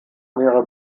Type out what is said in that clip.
mehrere